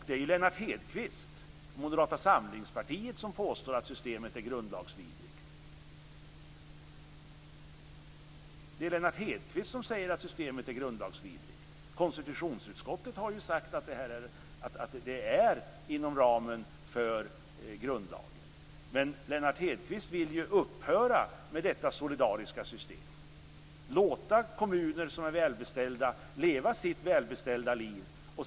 Det är Lennart Hedquist och Moderata samlingspartiet som påstår att systemet är grundlagsvidrigt. Konstitutionsutskottet har ju sagt att det är inom ramen för grundlagen. Men Lennart Hedquist vill ju att detta solidariska system skall upphöra och att man skall låta välbeställda kommuner leva sitt välbeställda liv.